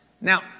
Now